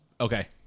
Okay